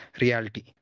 reality